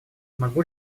могу